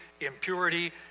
impurity